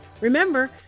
Remember